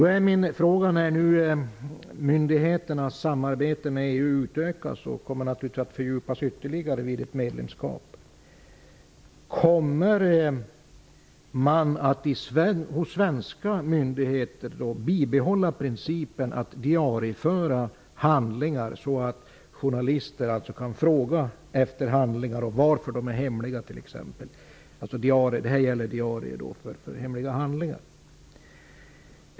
Kommer man hos svenska myndigheter att bibehålla principen att diarieföra handlingar så att journalister kan fråga efter dem, och vid diarier för hemliga handlingar kan fråga varför handlingarna är hemliga, när myndigheternas samarbete med EU utökas och ytterligare fördjupas, som det kommer att göra vid ett medlemskap?